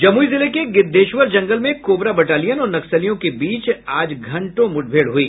जमुई जिले के गिद्वेश्वर जंगल में कोबरा बटालियन और नक्सलियों के बीच आज घंटों मुठभेड़ हुई